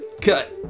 cut